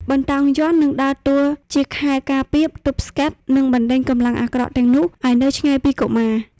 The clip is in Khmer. បន្តោងយ័ន្តនឹងដើរតួជាខែលការពារ ទប់ស្កាត់ និងបណ្ដេញកម្លាំងអាក្រក់ទាំងនោះឱ្យនៅឆ្ងាយពីកុមារ។